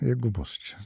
jeigu bus čia